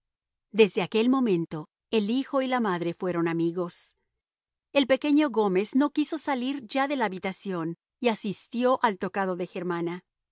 desde aquel momento el hijo y la madre fueron amigos el pequeño gómez no quiso salir ya de la habitación y asistió al tocado de germana